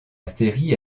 série